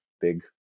big